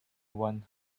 one